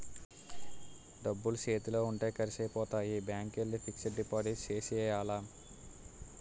డబ్బులు సేతిలో ఉంటే ఖర్సైపోతాయి బ్యాంకికెల్లి ఫిక్సడు డిపాజిట్ సేసియ్యాల